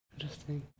Interesting